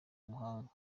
muhanda